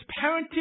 parenting